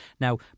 Now